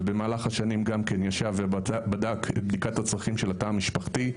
ובמהלך השנים גם כן ישב ובדק את בדיקת הצרכים של התא המשפחתי,